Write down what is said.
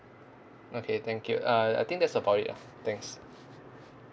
okay thank you uh I think that's about it ah thanks